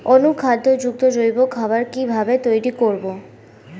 অনুখাদ্য যুক্ত জৈব খাবার কিভাবে তৈরি করব?